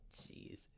Jeez